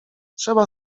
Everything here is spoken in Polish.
trzeba